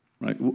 right